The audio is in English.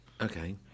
Okay